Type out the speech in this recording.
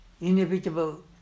inevitable